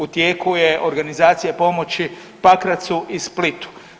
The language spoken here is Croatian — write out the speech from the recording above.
U tijeku je organizacija pomoći Pakracu i Splitu.